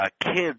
kids